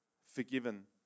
forgiven